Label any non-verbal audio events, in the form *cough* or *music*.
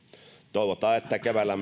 toivotaan että keväällä *unintelligible*